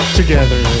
together